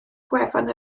gwefan